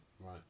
right